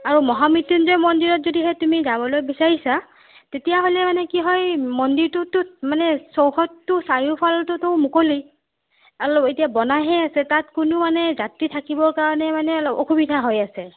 আৰু মহামৃত্যুঞ্জয় মন্দিৰত যদিহে তুমি যাবলৈ বিচাৰিছা তেতিয়াহ'লে মানে কি হয় মন্দিৰটোতো মানে চৌহদটোৰ চাৰিওফালটোতো মুকলি আৰু এতিয়া বনাই হে আছে তাত কোনো যাত্ৰী থাকিবৰ কাৰণে মানে অসুবিধা হৈ আছে